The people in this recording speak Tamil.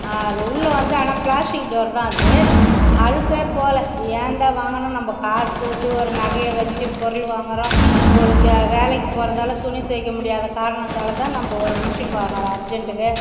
அது உள்ளே வந்து ஆனால் பிளாஸ்டிக் டோர் தான் அது அழுக்கு போகல ஏண்டா வாங்கினோம் நம்ம காசு கொடுத்து ஒரு நகையை வச்சு பொருள் வாங்குகிறோம் ஒரு இது வேலைக்கு போகிறதால துணி துவைக்க முடியாத காரணத்தால் தான் நம்ம ஒரு மெஷின் வாங்குகிறோம் அர்ஜெண்ட்டுக்கு